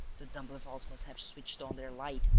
the d'imblevalles must have switched on their light,